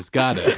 got it